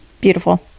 beautiful